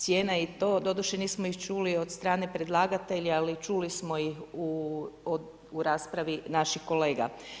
Cijena je to, doduše nismo ih čuli od strane predlagatelja, ali čuli smo u raspravi naših kolega.